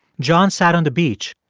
john sat on the beach,